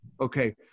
Okay